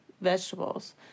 vegetables